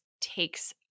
takes